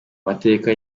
mateka